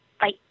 Bye